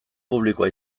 publikoa